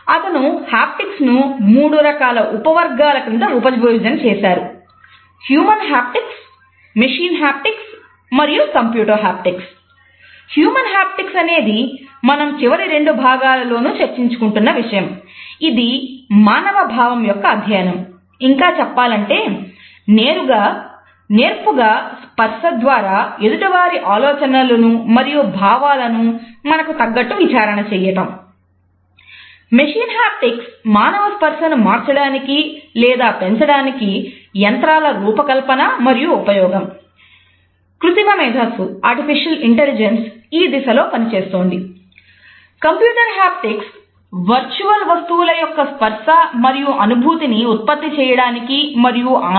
అతను హాప్టిక్స్ ఆధారపడి ఉంటుంది